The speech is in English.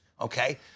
okay